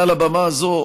מעל הבמה הזאת,